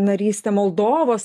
narystė moldovos